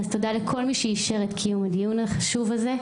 אז תודה לכל מי שאישר את קיום הדיון החשוב הזה,